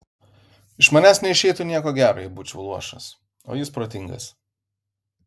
iš manęs neišeitų nieko gero jei būčiau luošas o jis protingas